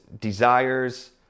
desires